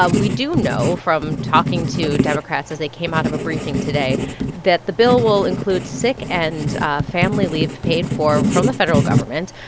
um we do know from talking to democrats as they came out of a briefing today that the bill will include sick and family leave paid for from the federal government,